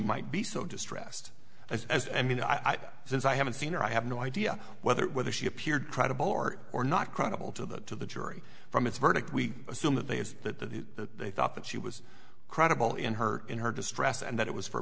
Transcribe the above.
might be so distressed as and you know i think since i haven't seen her i have no idea whether whether she appeared credible art or not credible to the to the jury from its verdict we assume that they have the they thought that she was credible in her in her distress and that it was for a